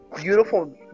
beautiful